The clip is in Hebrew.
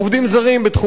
בתחומי חקלאות,